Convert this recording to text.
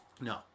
No